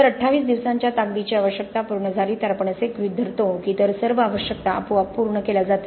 जर 28 दिवसांच्या ताकदीची आवश्यकता पूर्ण झाली तर आपण असे गृहीत धरतो की इतर सर्व आवश्यकता आपोआप पूर्ण केल्या जातील